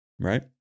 right